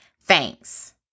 Thanks